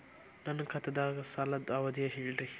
ನನ್ನ ಖಾತಾದ್ದ ಸಾಲದ್ ಅವಧಿ ಹೇಳ್ರಿ